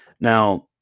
Now